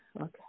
okay